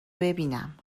ببینم